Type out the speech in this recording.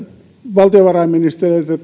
valtiovarainministeriltä